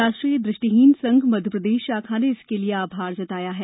राष्ट्रीय दृष्टिहीन संघ मध्यप्रदेश शाखा ने इसके लिये आभार जताया है